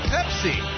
Pepsi